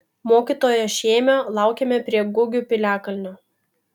mokytojo šėmio laukėme prie gugių piliakalnio